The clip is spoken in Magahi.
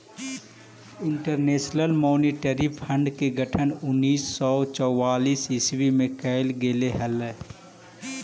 इंटरनेशनल मॉनेटरी फंड के गठन उन्नीस सौ चौवालीस ईस्वी में कैल गेले हलइ